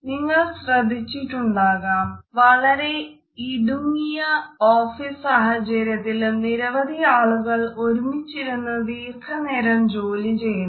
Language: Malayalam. നിങ്ങൾ ശ്രദ്ധിച്ചിട്ടുണ്ടാകാം വളരെ ഇടുങ്ങിയ ഓഫീസ് സാഹചര്യത്തിലും നിരവധിയാളുകൾ ഒരുമിച്ചിരുന്ന് ദീർഘനേരം ജോലി ചെയ്യുന്നത്